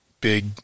big